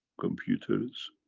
computers,